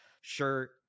shirt